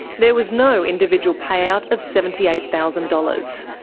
there was no individual payout of seventy eight thousand dollars.